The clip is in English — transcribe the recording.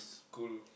cool